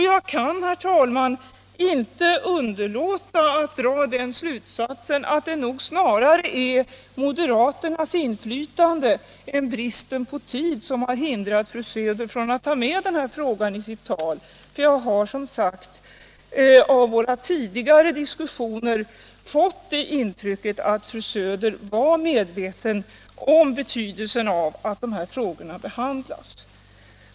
Jag kan, herr talman, inte underlåta att dra den slutsatsen att det nog snarare är moderaternas inflytande än bristen på tid som har hindrat fru Söder att ta med den här frågan i sitt tal, för jag har, som sagt, av våra tidigare diskussioner fått det intrycket att fru Söder var medveten om betydelsen av att dessa frågor behandlas.